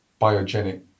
biogenic